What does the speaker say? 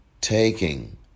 taking